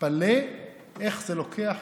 מתפלא איך זה לוקח